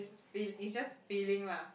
it's just f~ it's just feeling lah